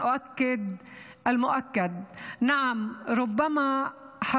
בכך שהם לא קיבלו את השירותים שמסייעים לחיות חיים רגילים ככל